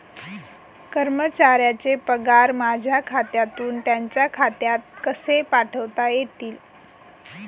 कर्मचाऱ्यांचे पगार माझ्या खात्यातून त्यांच्या खात्यात कसे पाठवता येतील?